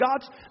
God's